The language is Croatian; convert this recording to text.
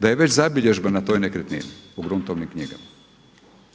da je već zabilježba na toj nekretnini u gruntovnim knjigama,